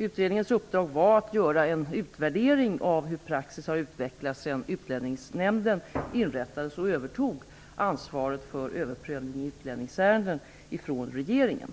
Utredningens uppdrag var att göra en utvärdering av hur praxis har utvecklats sedan Utlänningsnämnden inrättades och övertog ansvaret för överprövning i utlänningsärenden från regeringen.